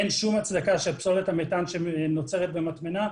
אין שום הצדקה שפסולת המתאן שנוצרת במטמנה,